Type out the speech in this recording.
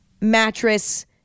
mattress